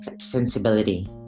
sensibility